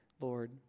Lord